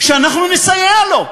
שאנחנו נסייע לו.